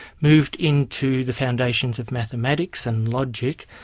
moved into the foundations of mathematics and logic,